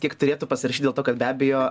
kiek turėtų pasirašyt dėl to kad be abejo